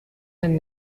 and